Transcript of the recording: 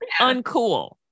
uncool